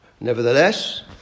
nevertheless